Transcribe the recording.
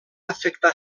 afectar